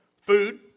Food